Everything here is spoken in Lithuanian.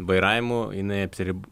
vairavimu jinai apsiri